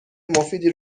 مفیدی